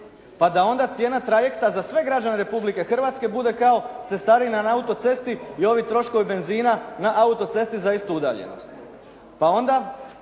pa da onda cijena trajekta za sve građane Republike Hrvatske bude kao cestarina na auto cesti i ovi troškovi benzina na auto cesti za istu udaljenost. Pa onda,